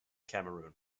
cameroon